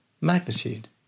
magnitude